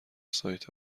سایت